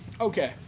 Okay